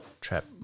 trap